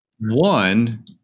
One